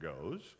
goes